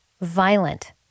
Violent